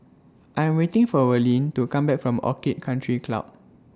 I Am waiting For Verlin to Come Back from Orchid Country Club